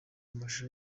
amashusho